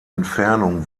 entfernung